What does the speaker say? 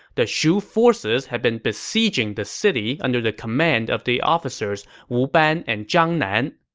the shu forces had been besieging the city under the command of the officers wu ban and zhang nan.